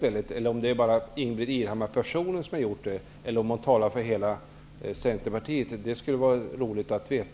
Det skulle vara roligt att veta om det bara är Ingbritt Irhammar som har gjort det eller om hon talar för hela Centerpartiet.